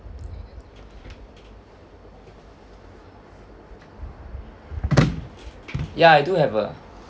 ya I do have a